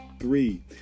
three